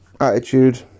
attitude